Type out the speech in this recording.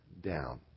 down